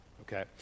okay